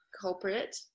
culprit